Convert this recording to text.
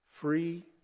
Free